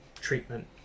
treatment